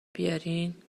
بیارین